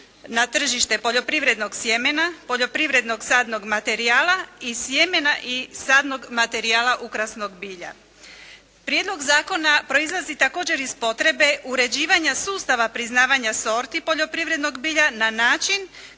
na tržište poljoprivrednog sjemena, poljoprivrednog sadnog materijala i sjemena i sjemena i sadnog materijala ukrasnog bilja. Prijedlog zakona proizlazi također iz potrebe uređivanja sustava priznavanja sorti poljoprivrednog bilja na način